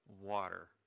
water